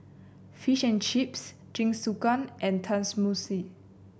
Fish and Chips Jingisukan and Tenmusu